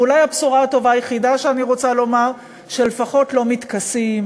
ואולי הבשורה הטובה היחידה שאני רוצה לומר היא שלפחות לא מתכסים,